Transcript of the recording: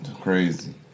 crazy